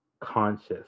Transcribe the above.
conscious